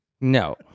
No